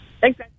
Thanks